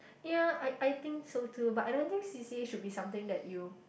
ya I I think so too but I don't think C_C_A should be something that you